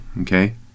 Okay